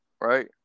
right